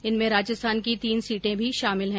इनमे राजस्थान की तीन सीटें भी शामिल हैं